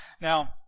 Now